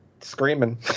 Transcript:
screaming